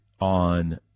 on